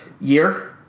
year